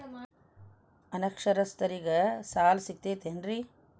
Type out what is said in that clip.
ಅನಕ್ಷರಸ್ಥರಿಗ ಸಾಲ ಸಿಗತೈತೇನ್ರಿ?